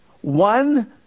one